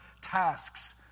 tasks